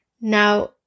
Now